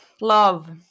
love